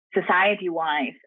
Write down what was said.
society-wise